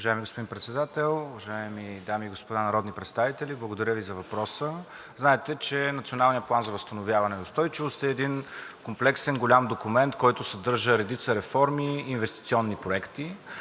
Уважаеми господин Председател, уважаеми дами и господа народни представители! Благодаря Ви за въпроса. Знаете, че Националният план за възстановяване и устойчивост е един комплексен голям документ, който съдържа редица реформи и инвестиционни проекти.